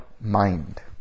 mind